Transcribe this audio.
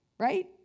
Right